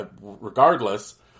Regardless